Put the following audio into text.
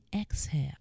exhale